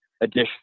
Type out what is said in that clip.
Additional